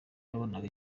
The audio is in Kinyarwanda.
yabonaga